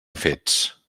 fets